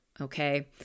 Okay